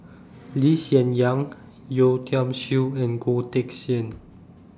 Lee Hsien Yang Yeo Tiam Siew and Goh Teck Sian